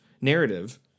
narrative